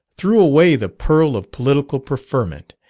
threw away the pearl of political preferment,